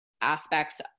aspects